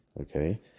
Okay